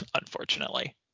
unfortunately